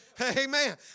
Amen